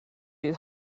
you